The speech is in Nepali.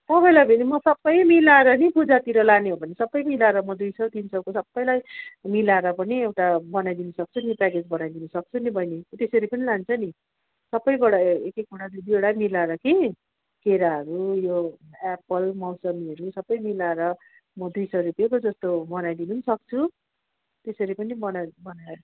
तपाईँलाई भने म सबै मलाएर नि पूजातिर लाने हो भने सबै मिलाएर म दुई सौ तिन सौको सबैलाई मिलाएर पनि एउटा बनाइ दिनसक्छु नि प्याकेट बनाइ दिनसक्छु नि बहिनी उ त्यसरी पनि लान्छ नि सबैबाट एक एकवटा दुई दुईवटा मिलाएर कि केराहरू यो एप्पल मौसमीहरू सबै मिलाएर म दुई सौ रुपियाँको जस्तो बनाइदिनु नि सक्छु त्यसरी पनि बना बनाएर